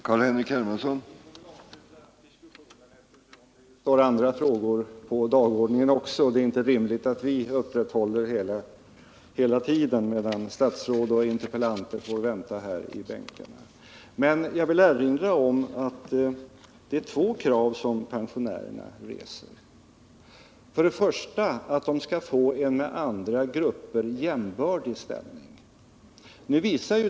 Herr talman! Vi får väl nu avsluta diskussionen, eftersom det också står andra frågor på dagordningen och det inte är rimligt att vi låter dem som skall debattera dessa vänta alltför länge i sina bänkar. Men jag vill erinra om att det är två krav som pensionärerna reser. Det första är att de skall få en med andra grupper jämbördig ställning.